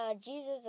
Jesus